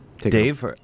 Dave